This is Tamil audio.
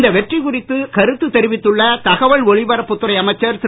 இந்த வெற்றி குறித்து கருத்து தெரிவித்துள்ள தகவல் ஒலிபரப்புத்துறை அமைச்சர் திரு